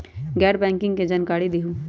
गैर बैंकिंग के जानकारी दिहूँ?